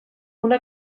una